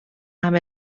amb